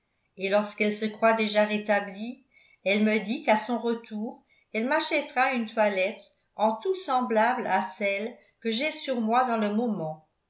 et lorsqu'elle se croit déjà rétablie elle me dit qu'à son retour elle m'achètera une toilette en tout semblable à celle que j'ai sur moi dans le moment